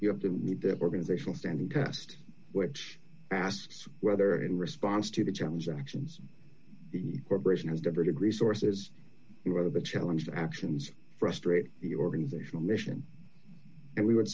you have to meet the organizational standing cast which asks whether in response to the challenge or actions the corporation has diverted resources you have the challenge the actions frustrate the organizational mission and we w